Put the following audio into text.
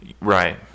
Right